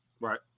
right